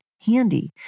handy